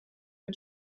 für